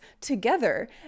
together